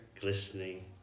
glistening